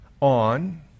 on